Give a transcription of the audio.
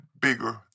bigger